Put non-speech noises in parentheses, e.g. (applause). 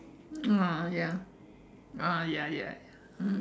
mm (noise) ya ah ya ya